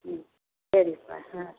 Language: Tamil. ம் சரிப்பா ஆ